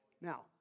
Now